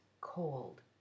cold